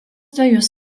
dvejus